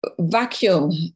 vacuum